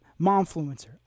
Momfluencer